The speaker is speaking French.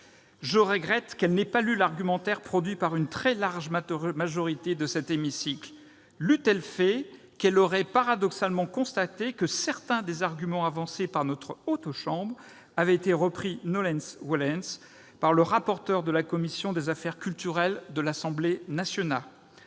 Je regrette qu'elle n'ait pas lu l'argumentaire produit par une très large majorité de cet hémicycle. L'eût-elle fait qu'elle aurait paradoxalement constaté que certains des arguments avancés par notre chambre haute avaient été repris,, par le rapporteur de la commission des affaires culturelles de l'Assemblée nationale.